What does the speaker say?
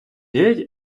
геть